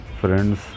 friends